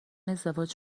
ازدواج